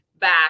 back